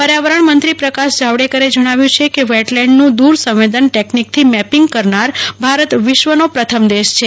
પર્યાવરણમંત્રી પ્રકાશ જાવડેકરે જણાવ્યું છે કે વેટલેન્ડનું દૂર સંવેદન ટેકનીકથી મેપિંગ કરનાર ભારત વિશ્વનો પ્રથમ દેશ છે